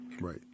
Right